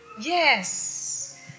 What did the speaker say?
Yes